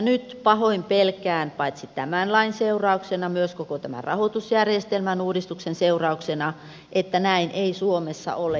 nyt pahoin pelkään paitsi tämän lain seurauksena myös koko tämän rahoitusjärjestelmän uudistuksen seurauksena että näin ei suomessa ole